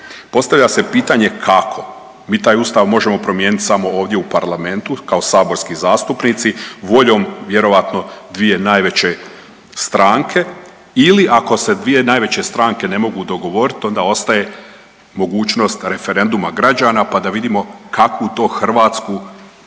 Postavlja se pitanje kako? Mi taj Ustav možemo promijeniti samo ovdje u parlamentu kao saborski zastupnici voljom vjerojatno dvije najveće stranke ili ako se dvije najveće strane ne mogu dogovoriti onda ostaje mogućnost referenduma građana pa da vidimo kakvu to Hrvatsku hrvatski